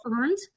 earned